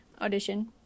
audition